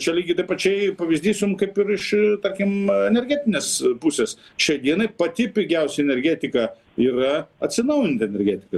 čia lygiai tai pačiai pavyzdys kaip ir iš tarkim energetinės pusės šiai dienai pati pigiausia energetika yra atsinaujinanti energetika